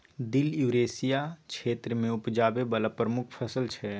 दिल युरेसिया क्षेत्र मे उपजाबै बला प्रमुख फसल छै